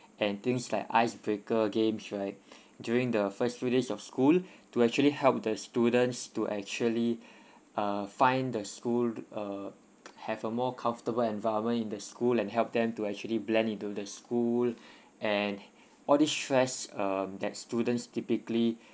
and things like ice breaker games right during the first few days of school to actually help the students to actually uh find the school uh have a more comfortable environment in the school and help them to actually blend into the school and all these stress um that students typically